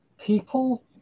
People